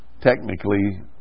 technically